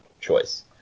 choice